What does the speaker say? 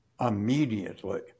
immediately